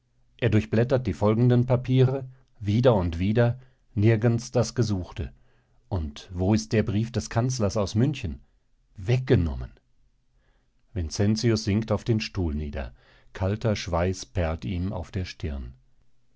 er durchblättert die folgenden papiere wieder und wieder nirgends das gesuchte und wo ist der brief des kanzlers aus münchens weggenommen vincentius sinkt auf den stuhl nieder kalter schweiß perlt ihm auf der stirn